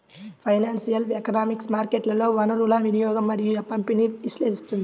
financial economics మార్కెట్లలో వనరుల వినియోగం మరియు పంపిణీని విశ్లేషిస్తుంది